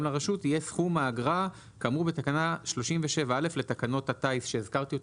לרשות יהיה סכום האגרה כאמור בתקנה 37 א' לתקנות הטיס שהזכרתי אותם,